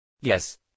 Yes